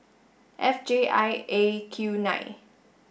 F J I A Q nine